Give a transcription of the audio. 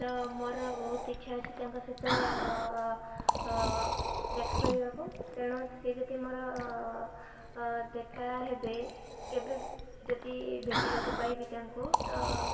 ତ ମୋର ବହୁତ ଇଛା ଅଛି ତାଙ୍କ ସହିତ ଦେଖା କରିବାକୁ ତେଣୁ ସିଏ ଯଦି ମୋର ଦେଖା ହେବେ କେବେ ଯଦି ଭେଟିବାକୁ ପାଇବି ତାଙ୍କୁ ତ